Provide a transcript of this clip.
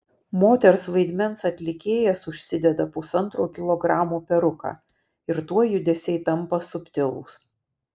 moters vaidmens atlikėjas užsideda pusantro kilogramo peruką ir tuoj judesiai tampa subtilūs